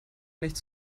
nicht